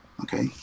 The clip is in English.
Okay